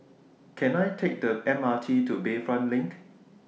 Can I Take The M R T to Bayfront LINK